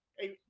Hey